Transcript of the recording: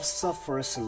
suffers